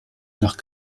nach